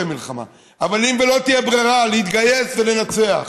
מלחמה אבל אם לא תהיה ברירה אז להתגייס ולנצח,